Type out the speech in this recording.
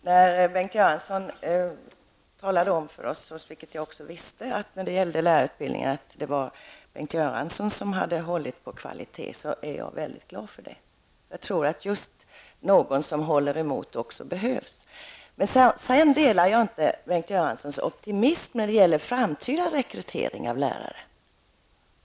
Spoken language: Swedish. Herr talman! Bengt Göransson talade om för oss, vilket jag också visste, att det var Bengt Göransson som hållit på kvalitet i lärarutbildningen, och det är jag mycket glad för. Jag tror att det just behövs någon som håller emot. Men sedan delar jag inte Bengt Göranssons optimism när det gäller framtida rekrytering av lärare.